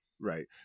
Right